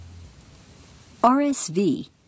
RSV